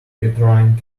uterine